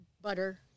butter